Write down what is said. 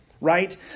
Right